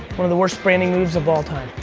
one of the worst branding moves of all time.